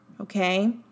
okay